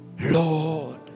Lord